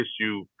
issue